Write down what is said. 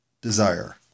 desire